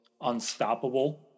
unstoppable